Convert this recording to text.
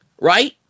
right